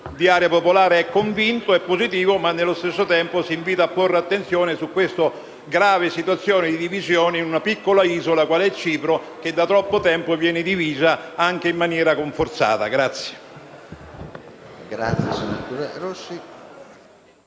di Area Popolare è convintamente positivo, ma nello stesso tempo si invita a porre attenzione alla grave situazione di divisione in una piccola isola, qual è Cipro, che da troppo tempo viene divisa in maniera forzata.